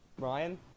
Ryan